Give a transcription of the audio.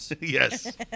yes